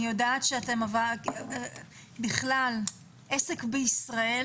אני יודעת שבכלל עסק בישראל,